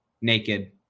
naked